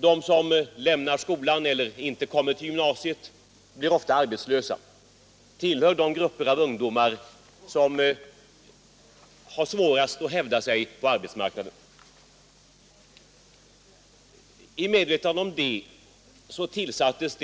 De som lämnar skolan eller inte kommer till gymnasiet blir ofta arbetslösa och tillhör de grupper av ungdomar som har svårast att hävda sig på arbetsmarknaden. I medvetandet om detta tillsattes